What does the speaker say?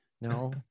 No